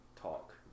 Talk